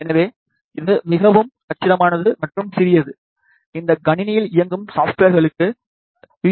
எனவே இது மிகவும் கச்சிதமானது மற்றும் சிறியது இந்த கணினியில் இயங்கும் சாப்ட்வேர்களுக்கு யூ